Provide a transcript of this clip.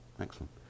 Excellent